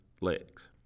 legs